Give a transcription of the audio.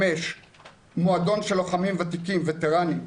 5. מועדון של לוחמים ותיקים, וטרנים,